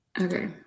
Okay